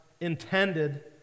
intended